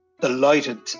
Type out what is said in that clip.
delighted